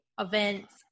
events